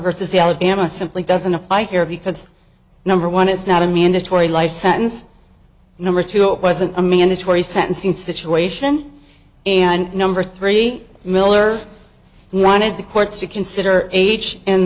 vs alabama simply doesn't apply here because number one is not a mandatory life sentence number two it wasn't a mandatory sentencing situation and number three miller who wanted the courts to consider